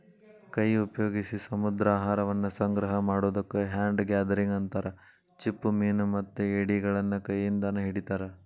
ಕೈ ಉಪಯೋಗ್ಸಿ ಸಮುದ್ರಾಹಾರವನ್ನ ಸಂಗ್ರಹ ಮಾಡೋದಕ್ಕ ಹ್ಯಾಂಡ್ ಗ್ಯಾದರಿಂಗ್ ಅಂತಾರ, ಚಿಪ್ಪುಮೇನುಮತ್ತ ಏಡಿಗಳನ್ನ ಕೈಯಿಂದಾನ ಹಿಡಿತಾರ